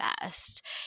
best